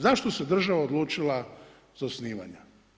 Zašto se država odlučila za osnivanja.